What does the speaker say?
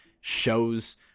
shows